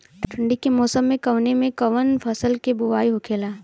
ठंडी के मौसम कवने मेंकवन फसल के बोवाई होखेला?